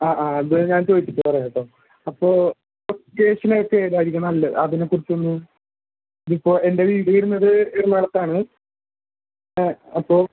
ആ ആ അത് ഞാൻ ചോദിച്ചിട്ട് പറയാം കേട്ടോ അപ്പോൾ ലൊക്കേഷൻ ഒക്കെ ഏതായിരിക്കും നല്ലത് അതിനെ കുറിച്ചൊന്നും ഇപ്പോൾ എൻ്റെ വീടു വരുന്നത് എറണാകുളത്താണു അപ്പോ